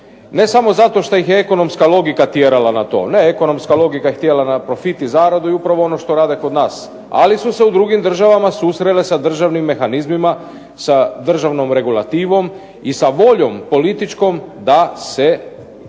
ne samo zato što ih je ekonomska logika tjerala na to. Ne, ekonomska logika je htjela na profit i zaradu i upravo ono što rade kod nas, ali su se u drugim državama susrele sa državnim mehanizmima sa državnom regulativom i sa voljom političkom da se u